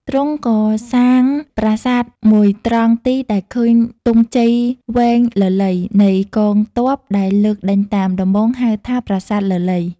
ទ្រង់ឲ្យសាងប្រាសាទមួយត្រង់ទីដែលឃើញទង់ជ័យវែងលលៃ នៃកងទ័ពដែលលើកដេញតាម ដំបូងហៅថា "ប្រាសាទលលៃ"។